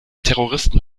terroristen